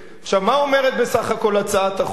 עכשיו, מה אומרת בסך הכול הצעת החוק?